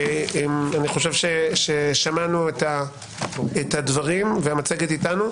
אני חושב ששמענו את הדברים והמצגת איתנו.